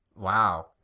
Wow